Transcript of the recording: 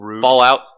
Fallout